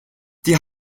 die